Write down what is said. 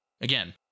again